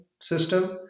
system